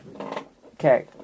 okay